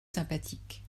sympathique